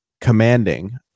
commanding